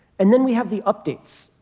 and then we have the updates.